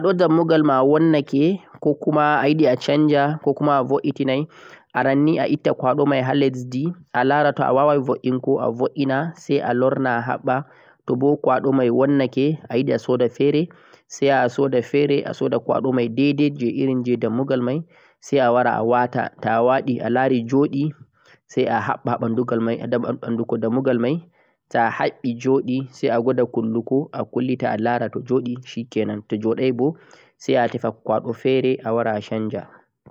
Toh kwaɗo dammugal ma vonnake koh ayiɗe a sanja, aranni a etta kwaɗo mai sai shuuda kesa sai ngara ngata sai kaɓɓa